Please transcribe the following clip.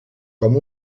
com